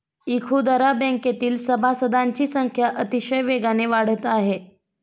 इखुदरा बँकेतील सभासदांची संख्या अतिशय वेगाने वाढत आहे